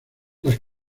las